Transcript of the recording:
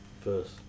First